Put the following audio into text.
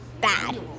bad